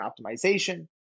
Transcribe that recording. optimization